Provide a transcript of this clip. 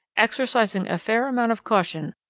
exercising a fair amount of caution,